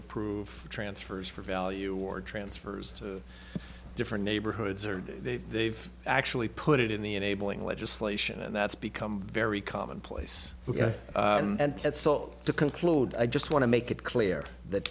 approve transfers for value or transfers to different neighborhoods or they've actually put it in the enabling legislation and that's become very commonplace to conclude i just want to make it clear that